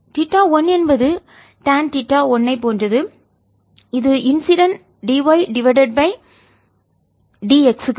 theta 1 என்பது tan theta 1 ஐப் போன்றது இது இன்சிடென்ட் d y divided by d x க்கு சமம்